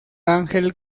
ángel